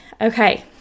Okay